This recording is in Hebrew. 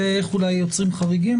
ואולי גם איך יוצרים חריגים.